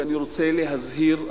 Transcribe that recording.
ואני רוצה להזהיר,